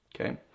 okay